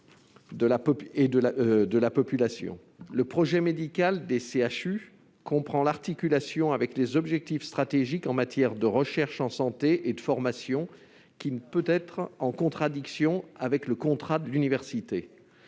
Le projet médical des CHU comprend l'articulation avec les objectifs stratégiques en matière de recherche en santé et de formation, qui ne sauraient entrer en contradiction avec le contrat de l'université.